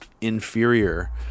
inferior